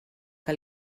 que